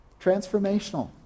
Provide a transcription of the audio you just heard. transformational